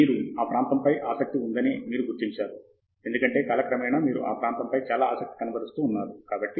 మీకు ఆ ప్రాంతంపై ఆసక్తి ఉందని మీరు గుర్తించారు ఎందుకంటే కాలక్రమేణా మీరు ఆ ప్రాంతంపై చాలా ఆసక్తి కనబరుస్తూ ఉన్నారు కాబట్టి